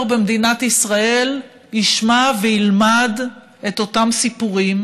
במדינת ישראל ישמע וילמד את אותם סיפורים,